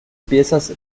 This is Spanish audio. piezas